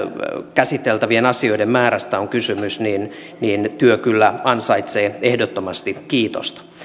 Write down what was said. käsiteltävien asioiden määrästä on kysymys niin niin työ kyllä ansaitsee ehdottomasti kiitosta